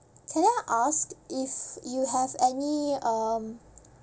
can I ask if you have any um